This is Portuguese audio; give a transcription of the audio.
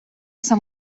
essa